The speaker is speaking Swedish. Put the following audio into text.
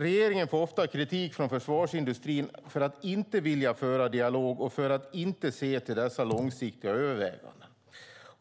Regeringen får ofta kritik från försvarsindustrin för att inte vilja föra dialog och för att inte se till dessa långsiktiga överväganden.